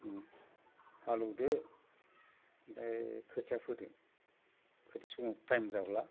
हालएवदो ओमफ्राय खोथिया फोदो खोथिया समाव टाइम जाब्ला